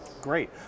Great